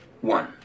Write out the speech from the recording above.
One